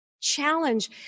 challenge